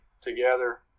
together